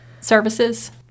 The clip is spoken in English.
services